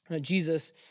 Jesus